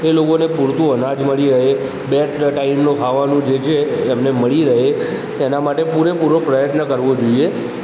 એ લોકોને પૂરતું અનાજ મળી રહે બે ટ ટાઇમનું ખાવાનું જે છે એ એમને મળી રહે એના માટે પૂરેપૂરો પ્રયત્ન કરવો જોઇએ